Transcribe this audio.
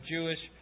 Jewish